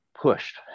pushed